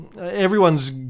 Everyone's